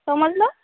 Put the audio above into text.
समजलं